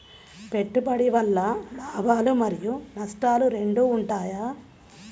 పెట్టుబడి వల్ల లాభాలు మరియు నష్టాలు రెండు ఉంటాయా?